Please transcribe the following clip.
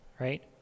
right